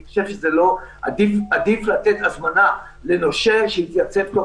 אני חושב שעדיף לתת הזמנה לנושה שיתייצב תוך